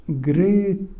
great